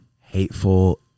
Hateful